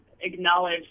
acknowledge